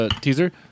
Teaser